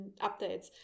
updates